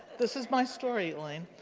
this is my story, elaine.